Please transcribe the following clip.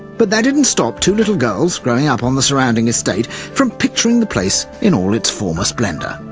but that didn't stop two little girls growing up on the surrounding estate from picturing the place in all its former splendour.